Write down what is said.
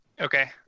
okay